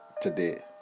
today